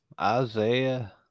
Isaiah